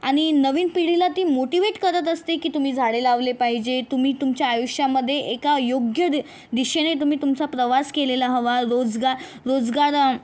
आणि नवीन पिढीला ती मोटिवेट करत असते की तुम्ही झाडे लावले पाहिजेत तुम्ही तुमच्या आयुष्यामध्ये एका योग्य दि दिशेने तुम्ही तुमचा प्रवास केलेला हवा रोजगार रोजगार